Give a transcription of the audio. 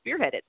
spearheaded